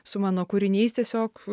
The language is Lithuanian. su mano kūriniais tiesiog